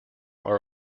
are